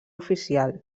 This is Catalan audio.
oficial